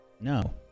No